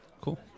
Cool